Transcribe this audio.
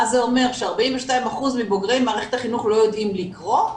מה זה אומר ש-42% מבוגרי מערכת החינוך לא יודעים לקרוא?